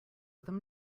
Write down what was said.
them